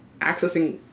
accessing